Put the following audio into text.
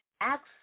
Acts